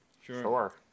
Sure